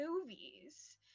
movies